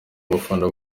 abafana